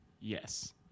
yes